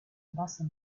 bassa